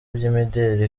by’imideli